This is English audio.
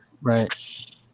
Right